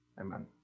Amen